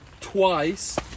twice